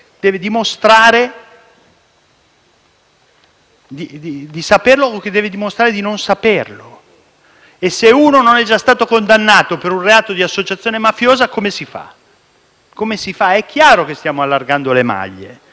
persona deve dimostrare di non saperlo. Ma, se uno non è già stato condannato per un reato di associazione mafiosa, come si fa? È chiaro che stiamo allargando le maglie. È chiaro che c'è il rischio di